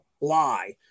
lie